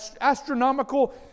astronomical